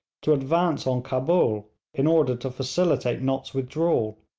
to advance on cabul in order to facilitate nott's withdrawal,